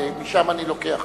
ומשם אני לוקח.